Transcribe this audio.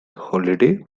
holiday